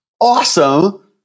awesome